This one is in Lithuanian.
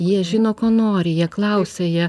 jie žino ko nori jie klausia jie